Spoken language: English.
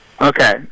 okay